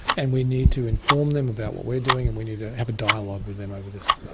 and we need to inform them about what we're doing and we need to have a dialogue with them over this.